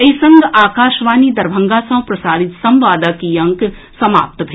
एहि संग आकाशवाणी दरभंगा सँ प्रसारित संवादक ई अंक समाप्त भेल